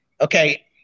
okay